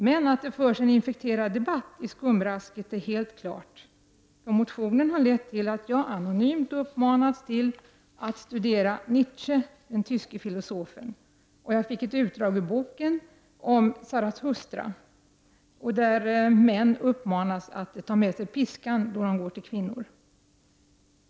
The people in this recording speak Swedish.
Men att det förs en infekterad debatt i skumrasket är helt klart. Motionen har lett till att jag anonymt uppmanats att studera Nietzsche, den tyske filosofen. Jag fick ett utdrag ur boken om Zarathustra. Där uppmanas män att ta med sig piskan då de går till kvinnor.